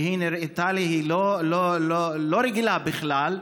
שהיא נראתה לי לא רגילה בכלל,